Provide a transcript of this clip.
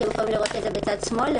בצד שמאל,